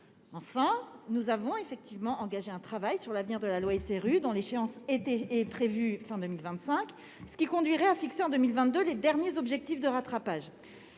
Enfin, nous avons effectivement engagé un travail sur l'avenir de la loi SRU, dont l'échéance est prévue à la fin de 2025, ce qui conduirait à fixer en 2022 les derniers objectifs de rattrapage.